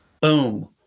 Boom